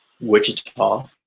Wichita